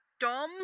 dumb